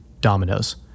dominoes